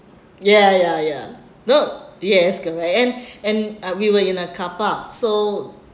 ya ya ya no yes correct and and uh we were in a car park so